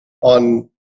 on